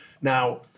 Now